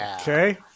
Okay